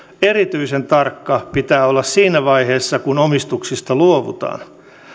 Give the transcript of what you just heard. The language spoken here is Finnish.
erityisen tarkka pitää olla siinä vaiheessa kun omistuksista luovutaan